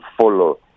follow